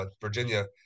Virginia